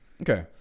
Okay